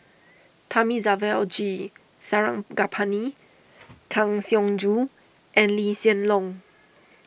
Thamizhavel G Sarangapani Kang Siong Joo and Lee Hsien Loong